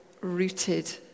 rooted